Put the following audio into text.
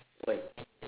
why